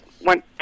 went